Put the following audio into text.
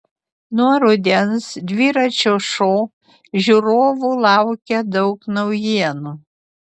nuo rudens dviračio šou žiūrovų laukia daug naujienų